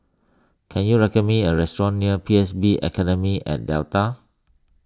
can you recommend me a restaurant near P S B Academy at Delta